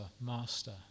Master